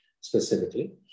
specifically